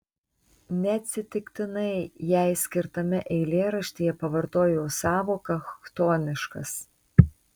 neatsitiktinai jai skirtame eilėraštyje pavartojau sąvoką chtoniškas